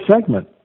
segment